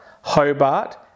Hobart